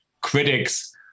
critics